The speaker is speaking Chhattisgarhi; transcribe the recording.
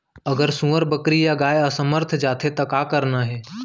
अगर सुअर, बकरी या गाय असमर्थ जाथे ता का करना हे?